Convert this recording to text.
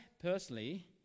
personally